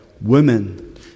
Women